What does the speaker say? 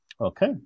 Okay